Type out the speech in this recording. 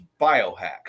biohacks